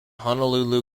honolulu